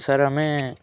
sir ଆମେ